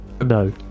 No